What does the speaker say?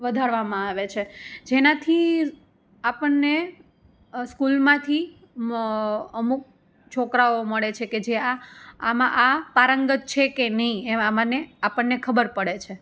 વધારવામાં આવે છે જેનાથી આપણને સ્કૂલમાંથી અમુક છોકરાઓ મળે છે કે જે આમાં આ પારંગત છે કે નઈ એવા મને આપણને ખબર પડે છે